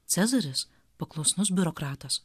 cezaris paklusnus biurokratas